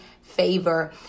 favor